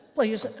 please,